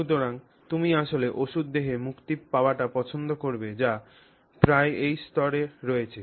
সুতরাং তুমি আসলে ওষুধ দেহে মুক্তি পাওয়াটা পছন্দ করবে যা প্রায় এই স্তরে রয়েছে